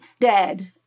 dead